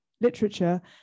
literature